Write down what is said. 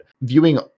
viewing